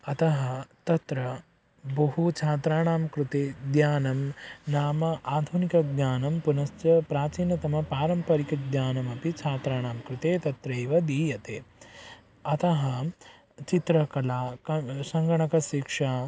अतः तत्र बहु छात्राणां कृते ज्ञानं नाम आधुनिकं ज्ञानं पुनश्च प्राचीनतमं पारम्परिकं ज्ञानमपि छात्राणां कृते तत्रैव दीयते अतः चित्रकला क् सङ्गणकशिक्षा